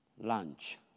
lunch